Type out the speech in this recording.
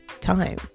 time